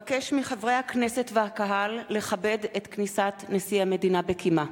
אבקש מחברי הכנסת והקהל לכבד את כניסת נשיא המדינה בקימה.